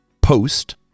post